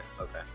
okay